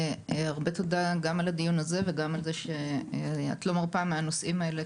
הרבה תודה גם על הדיון הזה וגם על זה שאת לא מרפה מהנושאים האלה,